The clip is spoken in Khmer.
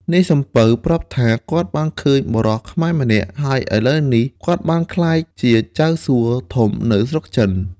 នាយសំពៅប្រាប់ថាគាត់បានឃើញបុរសខ្មែរម្នាក់ ហើយឥឡូវនេះគាត់បានក្លាយជាចៅសួធំនៅស្រុកចិន។